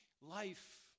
life